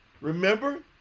Remember